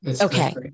Okay